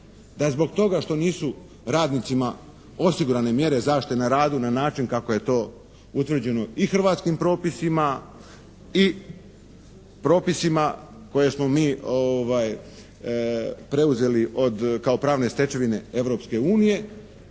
da zbog toga što nisu radnicima osigurane mjere zaštite na radu na način kako je to utvrđeno i hrvatskim propisima i propisima koje smo mi preuzeli kao pravne stečevine Europske unije,